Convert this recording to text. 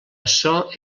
açò